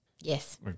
Yes